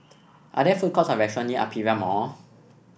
are there food courts or restaurant near Aperia Mall